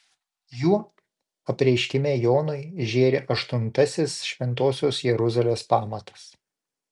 juo apreiškime jonui žėri aštuntasis šventosios jeruzalės pamatas